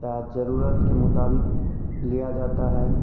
जरूरत के मुताबिक लिया जाता है